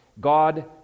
God